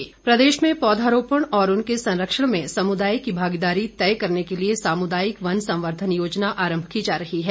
सरवीण चौघरी प्रदेश में पौधारोपण और उनके संरक्षण में समुदाय की भागीदारी तय करने के लिए सामुदायिक वन संवर्धन योजना आरंभ की जा रही है